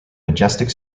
majestic